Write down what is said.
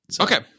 Okay